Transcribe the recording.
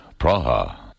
Praha